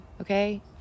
Okay